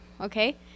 okay